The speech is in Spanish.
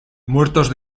muertos